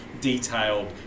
detailed